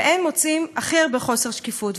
בהן רואים הכי הרבה חוסר שקיפות.